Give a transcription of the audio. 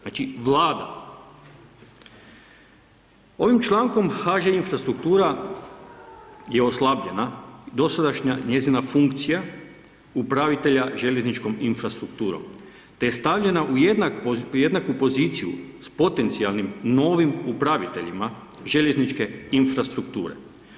Znači vlada, ovim člankom HŽ infrastruktura je oslabljena dosadašnja njezina funkcija, upravitelja željezničkom infrastrukturom, te je stavljena u jednaku poziciju s potencijalnim novim upraviteljima željezničke infrastrukture.